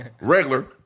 regular